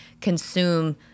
consume